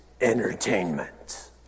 entertainment